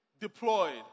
deployed